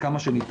עד כמה שניתן,